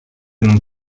non